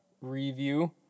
review